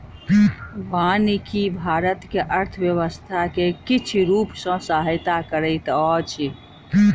वानिकी भारत के अर्थव्यवस्था के किछ रूप सॅ सहायता करैत अछि